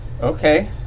Okay